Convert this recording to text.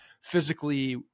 physically